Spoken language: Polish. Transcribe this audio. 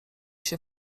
się